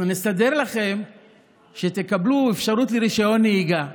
אנחנו נסדר לכם שתקבלו אפשרות לרישיון נהיגה,